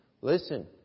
listen